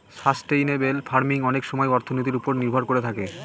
sustainable farming অনেক সময় অর্থনীতির ওপর নির্ভর করে থাকে